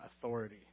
authority